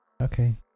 Okay